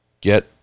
get